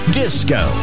disco